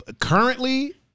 Currently